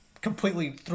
completely